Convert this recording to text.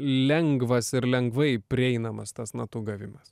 lengvas ir lengvai prieinamas tas natų gavimas